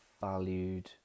valued